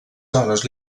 zones